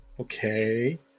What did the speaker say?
Okay